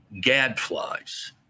gadflies